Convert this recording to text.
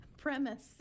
premise